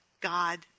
God